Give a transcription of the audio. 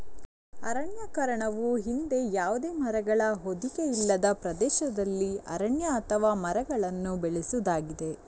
ಅರಣ್ಯೀಕರಣವು ಹಿಂದೆ ಯಾವುದೇ ಮರಗಳ ಹೊದಿಕೆ ಇಲ್ಲದ ಪ್ರದೇಶದಲ್ಲಿ ಅರಣ್ಯ ಅಥವಾ ಮರಗಳನ್ನು ಬೆಳೆಸುವುದಾಗಿದೆ